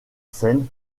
seine